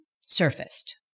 surfaced